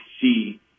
see